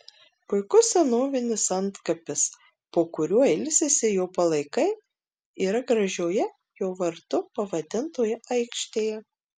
puikus senovinis antkapis po kuriuo ilsisi jo palaikai yra gražioje jo vardu pavadintoje aikštėje